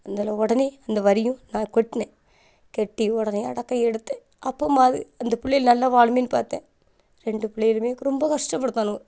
அதனால் உடனே அந்த வரியும் நான் கட்னேன் கட்டி உடனே அடக்கம் எடுத்தேன் அப்போமாவது இந்த பிள்ளையல் நல்லா வாழுமேன்று பார்த்தேன் ரெண்டு பிள்ளையுலுமே ரொம்ப கஷ்டப்படுத்தானுவோ